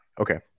Okay